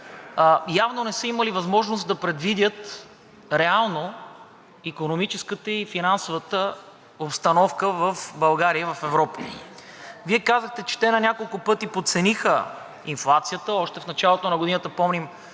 явно не са имали възможност да предвидят реално икономическата и финансовата обстановка в България и Европа. Вие казахте, че те на няколко пъти подцениха инфлацията, още в началото на годината помним